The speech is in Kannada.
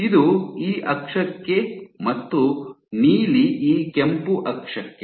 ಇದು ಈ ಅಕ್ಷಕ್ಕೆ ಮತ್ತು ನೀಲಿ ಈ ಕೆಂಪು ಅಕ್ಷಕ್ಕೆ